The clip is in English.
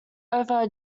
over